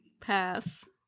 Pass